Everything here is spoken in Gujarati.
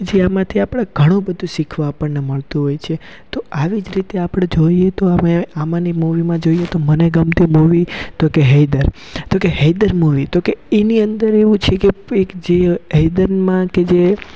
કે જે આમાંથી આપણે ઘણુંબધુ શીખવા આપણને મળતું હોય છે તો આવીજ રીતે આપણે જોઈએ તો અમે આમાંની મૂવીમાં જોઈએ તો મને ગમતી મૂવી તો કે હૈદર તોકે હૈદર મૂવી તોકે એની અંદર એવું છેકે એકજે હૈદરમાં કેજે